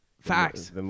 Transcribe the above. facts